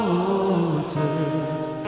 waters